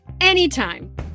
anytime